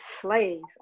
slaves